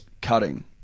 cutting